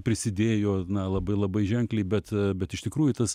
prisidėjo na labai labai ženkliai bet bet iš tikrųjų tas